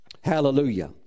Hallelujah